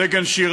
סגן שיר,